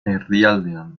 erdialdean